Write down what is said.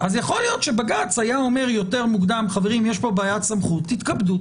להיות שבג"ץ היה אומר יותר מוקדם שיש פה בעיית סמכות תתכבדו,